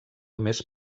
més